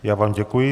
Já vám děkuji.